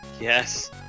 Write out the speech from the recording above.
Yes